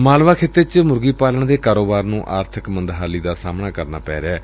ਮਾਲਵਾ ਖ਼ਿਤੇ ਵਿਚ ਮੁਰਗੀ ਪਾਲਣ ਦੇ ਕਾਰੋਬਾਰ ਨੂੰ ਆਰਥਿਕ ਮੰਦਹਾਲੀ ਦਾ ਸਾਹਮਣਾ ਕਰਨਾ ਪੈ ਰਿਹੈ